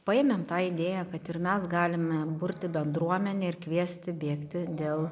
paėmėm tą idėją kad ir mes galime burti bendruomenę ir kviesti bėgti dėl